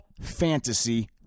Fantasy